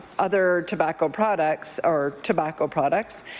other tobacco products or tobacco products,